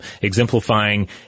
exemplifying